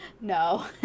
No